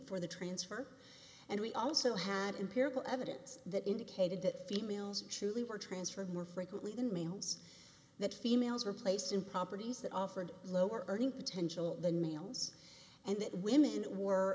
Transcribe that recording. for the transfer and we also had empirical evidence that indicated that females truly were transferred more frequently than males that females were placed in properties that offered lower earning potential than males and that women were